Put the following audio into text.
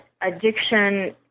addiction